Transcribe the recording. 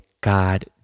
God